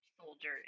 soldier